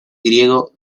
griego